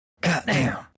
Goddamn